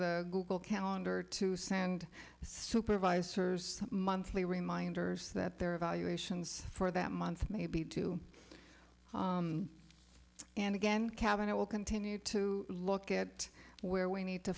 the google calendar to send supervisors monthly reminders that their evaluations for that month may be too and again cabinet will continue to look at where we need to